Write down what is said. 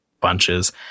bunches